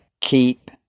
Keep